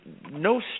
no